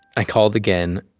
i called again,